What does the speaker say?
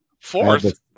fourth